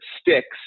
sticks